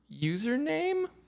username